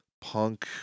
punk